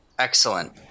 Excellent